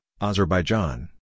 Azerbaijan